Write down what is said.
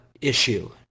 issue